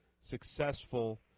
successful